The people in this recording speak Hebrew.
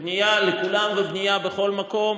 בנייה לכולם ובנייה בכל מקום.